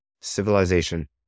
civilization